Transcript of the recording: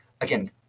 again